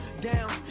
down